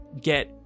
get